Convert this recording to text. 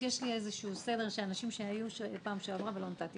לי סדר של אנשים שהיו בפעם שעברה ולא נתתי